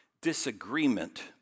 disagreement